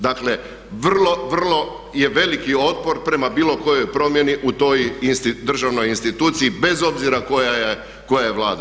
Dakle, vrlo, vrlo je veliki otpor prema bilo kojoj promjeni u toj državnoj instituciji bez obzira koja je Vlada.